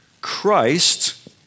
Christ